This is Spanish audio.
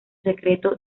secreto